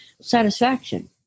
satisfaction